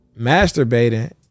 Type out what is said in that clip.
masturbating